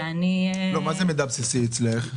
מה זה מידע בסיסי אצלך?